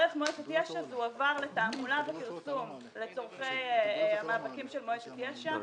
דרך מועצת יש"ע הכסף עבר לתעמולה ופרסום לצורכי המאבקים של מועצת יש"ע,